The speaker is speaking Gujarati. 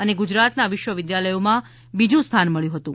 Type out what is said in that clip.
અને ગુજરાતનાં વિશ્વવિદ્યાલયોમાં બીજું સ્થાન મળ્યું હતું